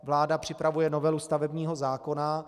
Vláda připravuje novelu stavebního zákona.